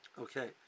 Okay